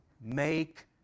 make